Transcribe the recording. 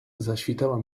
zaświtała